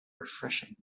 refreshing